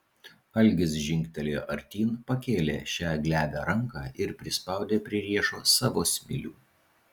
algis žingtelėjo artyn pakėlė šią glebią ranką ir prispaudė prie riešo savo smilių